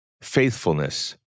faithfulness